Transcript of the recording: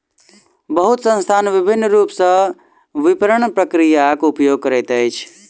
बहुत संस्थान विभिन्न रूप सॅ विपरण प्रक्रियाक उपयोग करैत अछि